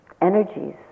energies